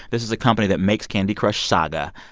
this is the company that makes candy crush saga.